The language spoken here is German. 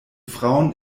frauen